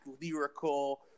lyrical